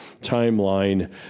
timeline